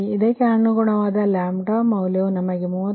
ಇದಕ್ಕೆ ಅನುಗುಣವಾದ ಮೌಲ್ಯವು ನಮಗೆ 39